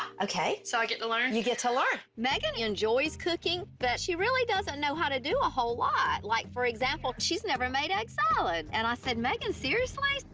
okay. so i get to learn? you get to learn. meghan enjoys cooking, but she really doesn't know how to do a whole lot, like for example, she's never made egg salad! and i said, meghan, seriously?